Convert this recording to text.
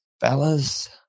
fellas